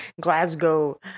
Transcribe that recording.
Glasgow